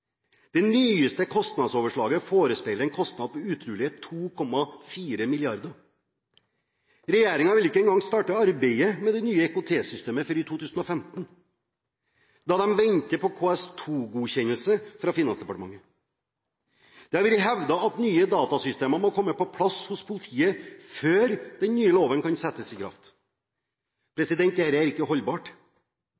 Det nyeste overslaget forespeiler en kostnad på utrolige 2,4 mrd. kr. Regjeringen vil ikke engang starte arbeidet med det nye IKT-systemet før i 2015, da de venter på KS2-godkjennelse fra Finansdepartementet. Det har vært hevdet at nye datasystemer må komme på plass hos politiet før den nye loven kan tre i kraft.